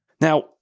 Now